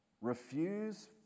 Refuse